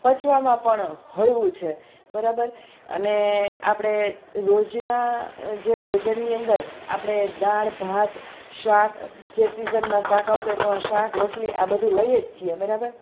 પચવામાં પણ હળવું છે બરાબર અને આપણે રોજના જે ભોજનની અંદર આપણે દાળ ભાત શાક જે સિઝનમાં શાક આવતું હોય એ પ્રમાણે શાક રોટલી આ બધું લઈએ જ છીએ બરાબર